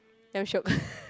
damn shiok